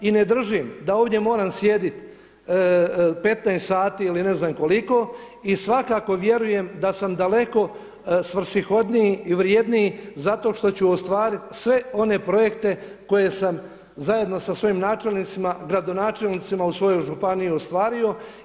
I ne držim da ovdje moram sjediti 15 sati ili ne znam koliko i svakako vjerujem da sam daleko svrsishodniji i vrjedniji zato što ću ostvariti sve one projekte koje sam zajedno sa svojim načelnicima, gradonačelnicima u svojoj županiji ostvario.